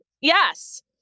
Yes